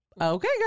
okay